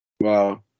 Wow